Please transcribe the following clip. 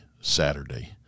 Saturday